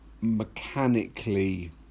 mechanically